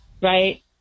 right